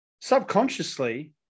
subconsciously